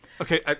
Okay